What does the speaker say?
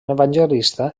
evangelista